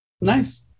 Nice